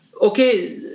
Okay